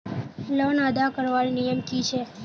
Loan अदा करवार नियम की छे?